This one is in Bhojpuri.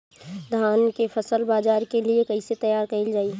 धान के फसल बाजार के लिए कईसे तैयार कइल जाए?